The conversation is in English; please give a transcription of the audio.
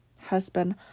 husband